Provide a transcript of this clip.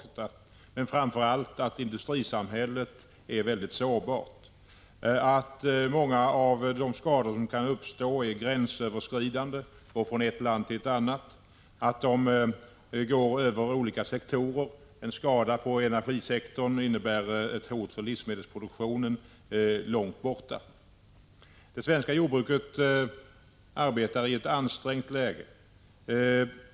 Framför allt har den emellertid visat att industrisamhället är mycket sårbart, att många av de skador som kan uppstå är gränsöverskridande — går från ett land till ett annat — och att de når över flera sektorer. En skada på energisektorn innebär ett hot mot livsmedelsproduktionen långt borta. Det svenska jordbruket arbetar i ett ansträngt läge.